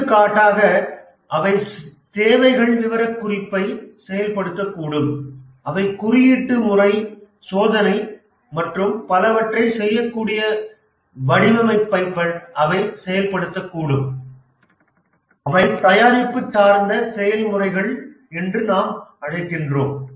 எடுத்துக்காட்டாக அவை தேவைகள் விவரக்குறிப்பைச் செயல்படுத்தக்கூடும் அவை குறியீட்டு முறை சோதனை மற்றும் பலவற்றைச் செய்யக்கூடிய வடிவமைப்பை அவை செயல்படுத்தக்கூடும் அவை தயாரிப்பு சார்ந்த செயல்முறைகள் என்று நாம் அழைக்கிறோம்